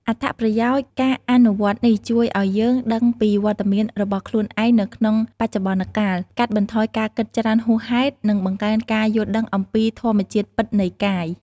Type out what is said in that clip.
អត្ថប្រយោជន៍ ការអនុវត្តន៍នេះជួយឲ្យយើងដឹងពីវត្តមានរបស់ខ្លួនឯងនៅក្នុងបច្ចុប្បន្នកាល កាត់បន្ថយការគិតច្រើនហួសហេតុ និងបង្កើនការយល់ដឹងអំពីធម្មជាតិពិតនៃកាយ។